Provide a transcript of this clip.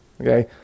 okay